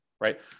right